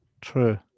True